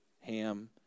ham